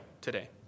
today